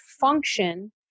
function